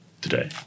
today